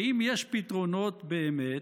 אם יש פתרונות באמת,